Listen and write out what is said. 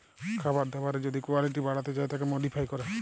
খাবার দাবারের যদি কুয়ালিটি বাড়াতে চায় তাকে মডিফাই ক্যরে